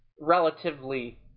Relatively